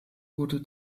wurde